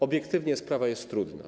Obiektywnie sprawa jest trudna.